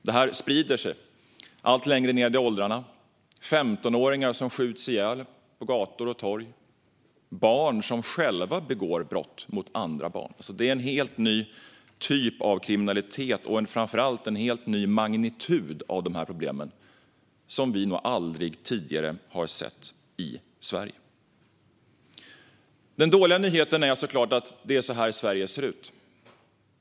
Det här sprider sig allt längre ned i åldrarna, med 15-åringar som skjuts ihjäl på gator och torg och med barn som själva begår brott mot andra barn. Det är en helt ny typ av kriminalitet och framför allt en helt ny magnitud av dessa problem som vi nog aldrig tidigare har sett i Sverige. Den dåliga nyheten är såklart att det är så här Sverige ser ut.